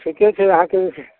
ठीके छै अहाँके